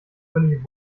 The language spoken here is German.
völlig